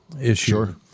issue